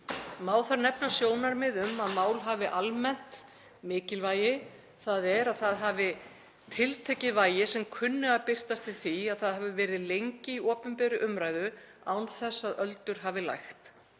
Má þar nefna sjónarmið um að mál hafi almennt mikilvægi, þ.e. að það hafi tiltekið vægi sem kunni að birtast í því að það hafi verið lengi í opinberri umræðu án þess að öldur hafi lægt.